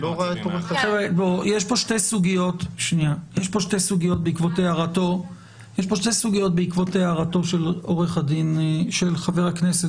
יש פה שתי סוגיות בעקבות ההערה של חבר הכנסת